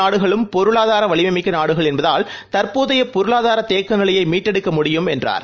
நாடுகளும் பொருளாதாரவலிமைமிக்கநாடுகள் என்பதால் இரு தற்போதையபொருகாதாரதேக்கநிலையைமீட்டெடுக்க முடியும் என்றார்